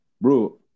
bro